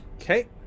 Okay